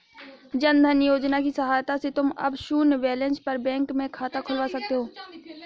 जन धन योजना की सहायता से तुम अब शून्य बैलेंस पर बैंक में खाता खुलवा सकते हो